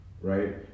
right